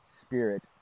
Spirit